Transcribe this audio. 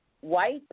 white